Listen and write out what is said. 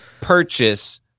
purchase